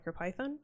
MicroPython